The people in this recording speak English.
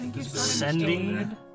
Sending